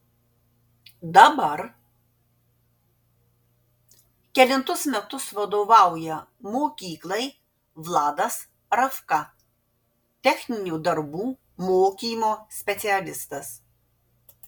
dabar kelintus metus vadovauja mokyklai vladas ravka techninių darbų mokymo specialistas